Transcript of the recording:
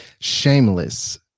Shameless